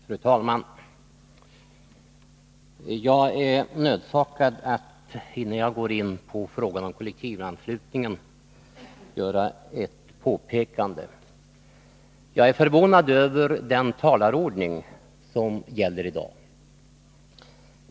Fru talman! Jag är nödsakad att, innan jag går in på frågan om kollektivanslutningen, göra ett påpekande. Jag är förvånad över den talarordning som gäller i dag.